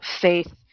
faith